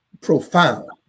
profound